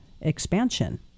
expansion